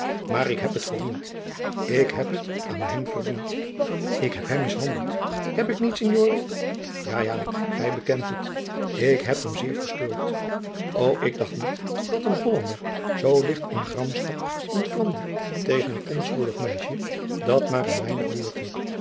maar ik heb het verdiend ik heb het aan hem verdiend ik heb hem mishandeld heb ik niet signore ja ja gij bekent het ik heb hem zeer verstoord o ik dacht niet dat een hollander zoo ligt in gramschap ontvlamde tegen een onschuldig meisje dat maar een weinig boertte